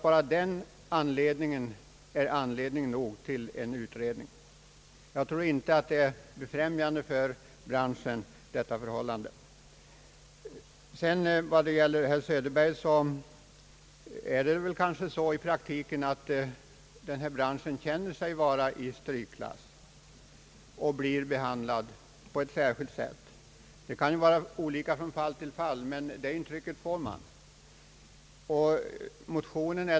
Bara detta är anledning nog till en utredning. Jag tror inte att detta förhållande befrämjar branschen. Det förhåller sig i praktiken så, för att använda ett ord som herr Söderberg hade, att denna bransch känner sig vara satt i strykklass, den blir behandlad på ett annat sätt än andra. Det kan vara olika från fall till fall, men det intrycket får man.